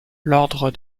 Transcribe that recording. l’ordre